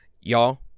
y'all